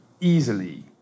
easily